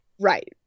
Right